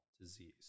disease